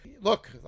look